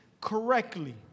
correctly